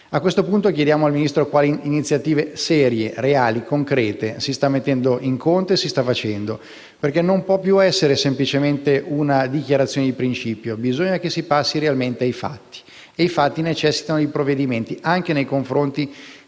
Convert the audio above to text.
A questo punto chiediamo al Ministro quali iniziative serie, reali e concrete si stanno mettendo in conto e si stanno facendo, perché non può più essere semplicemente una dichiarazione di principio, bisogna che si passi veramente ai fatti e i fatti necessitano di misure anche nei confronti